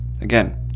Again